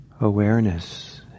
awareness